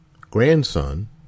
Grandson